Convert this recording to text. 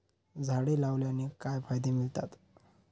झाडे लावण्याने काय फायदे मिळतात?